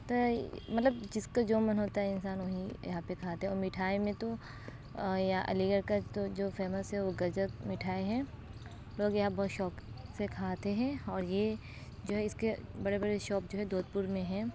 مطلب جس کو جو من ہوتا ہے انسان وہی یہاں پہ کھاتا ہے اور مٹھائی میں تو علی گڑھ کا تو جو فیمس ہے تو وہ گزک مٹھائی ہے لوگ یہاں بہت شوق سے کھاتے ہیں اور یہ جو ہے اس کے بڑے بڑے شاپ جو ہے دودھپور میں ہیں